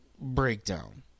breakdown